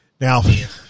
Now